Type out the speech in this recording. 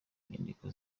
nyandiko